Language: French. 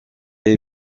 est